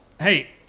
Hey